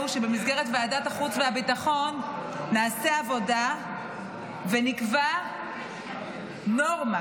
שבמסגרת ועדת החוץ והביטחון נעשה עבודה ונקבע נורמה,